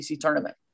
tournament